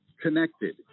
connected